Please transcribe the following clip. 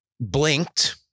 blinked